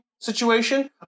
situation